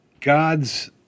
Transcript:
God's